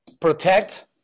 protect